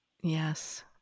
Yes